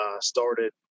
Started